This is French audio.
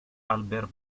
albert